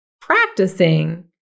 practicing